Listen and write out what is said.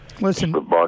Listen